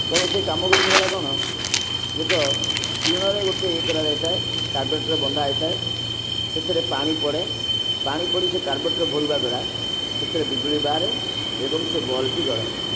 ତେଣୁ ସେହି କାମଗୁଡ଼ିକ ହେଲା କ'ଣ ଏକ ଟିଣରେ ଗୋଟିଏ ଇଏ କରାଯାଇଥାଏ କାର୍ବୋଟର୍ ବନ୍ଧା ହେଇଥାଏ ସେଥିରେ ପାଣି ପଡ଼େ ପାଣି ପଡ଼ି ସେ କାର୍ବୋଟର୍ ଘୂରିବା ଦ୍ୱାରା ସେଥିରେ ବିଜୁଳି ବାହାରେ ଏବଂ ସେ ବଲ୍ବଟି ଜଳେ